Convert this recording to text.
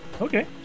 Okay